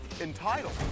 Entitled